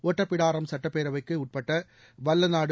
ஒட்டப்பிடாரம் சுட்டப் பேரவைக்கு உட்பட்ட வல்லநாடு